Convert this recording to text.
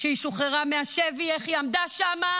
כשהיא שוחררה מהשבי, איך היא עמדה שם,